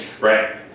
Right